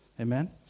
Amen